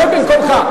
שב במקומך.